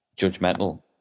judgmental